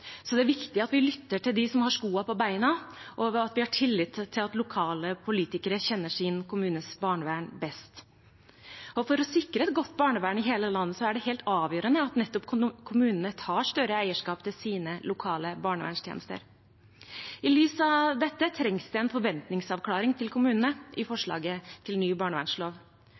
så det er viktig at vi lytter til dem som har skoa på, og at vi har tillit til at lokale politikere kjenner sin kommunes barnevern best. For å sikre et godt barnevern i hele landet er det helt avgjørende at nettopp kommunene tar større eierskap til sine lokale barnevernstjenester. I lys av dette trengs det en forventningsavklaring til kommunene i forslaget til ny barnevernslov.